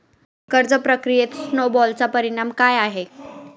कर्ज प्रक्रियेत स्नो बॉलचा परिणाम काय असतो?